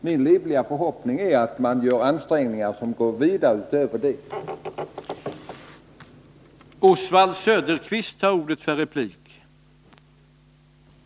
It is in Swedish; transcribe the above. Min livliga förhoppning är att man skall göra ansträngningar att spara som går vida utöver detta belopp.